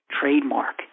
trademark